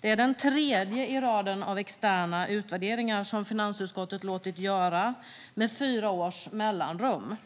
Det är den tredje i raden av externa utvärderingar som finansutskottet låtit göra med fyra års mellanrum.